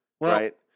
Right